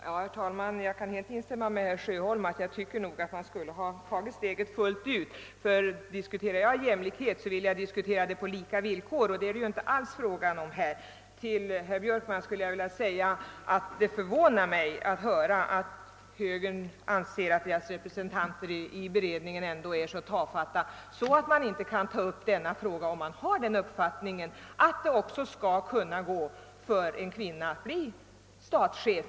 Herr talman! Jag kan helt instämma med herr Sjöholm i att man borde ha tagit steget fullt ut. Diskuterar jag jämlikhet, vill jag diskutera den på lika villkor, men det är det inte alls frågan om nu. Det förvånar mig, herr Björkman, att höra att högern anser att dess representanter i beredningen är så tafatta att de inte kan ta upp denna fråga i dess arbete, om de har uppfattningen att också en kvinna skall kunna bli statschef.